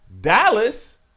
Dallas